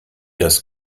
das